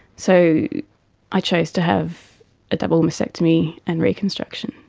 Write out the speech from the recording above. so i chose to have a double mastectomy and reconstruction.